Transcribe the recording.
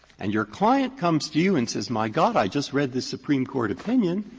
and your client comes to you and says, my god, i just read the supreme court opinion.